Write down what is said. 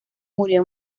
murió